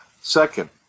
Second